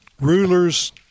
Rulers